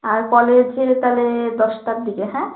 আর কলেজে তাহলে দশটার দিকে হ্যাঁ